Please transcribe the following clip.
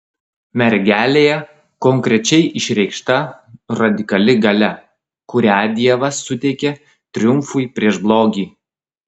mergelėje konkrečiai išreikšta radikali galia kurią dievas suteikė triumfui prieš blogį